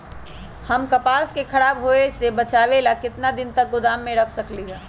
हम कपास के खराब होए से बचाबे ला कितना दिन तक गोदाम में रख सकली ह?